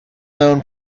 known